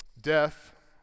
Death